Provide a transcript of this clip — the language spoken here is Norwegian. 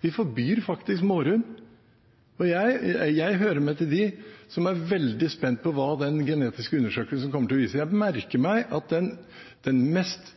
Vi forbyr faktisk mårhund. Jeg hører med til dem som er veldig spent på hva den genetiske undersøkelsen kommer til å vise. Jeg merker meg at den mest